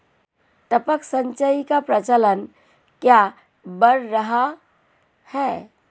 टपक सिंचाई का प्रचलन क्यों बढ़ रहा है?